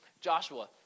Joshua